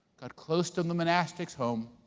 got close to the monastic's home